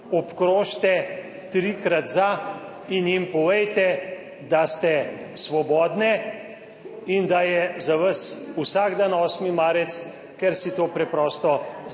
obkrožite trikrat za in jim povejte, da ste svobodne in da je za vas vsak dan 8. marec, ker si to preprosto.